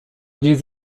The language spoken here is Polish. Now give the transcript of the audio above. gdzieś